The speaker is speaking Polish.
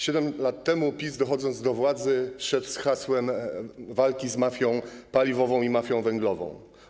7 lat temu PiS, dochodząc do władzy, szedł z hasłem walki z mafią paliwową i mafią węglową.